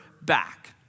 back